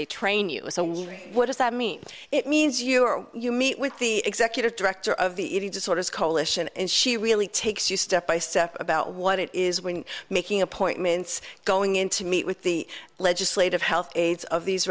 they train you what does that mean it means you are you meet with the executive director of the eating disorders coalition and she really takes you step by step about what it is when making appointments going in to meet with the legislative health aides of these